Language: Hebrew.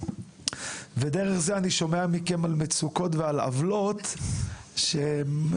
ודרככם אני שומע על מצוקות ועל עוולות שחלקן,